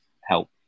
help